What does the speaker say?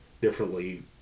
differently